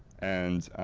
and,